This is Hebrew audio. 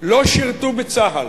לא שירתו בצה"ל.